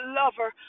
lover